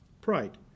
Pride